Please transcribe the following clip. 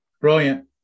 Brilliant